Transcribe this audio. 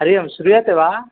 हरि ओं श्रूयते वा